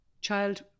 Child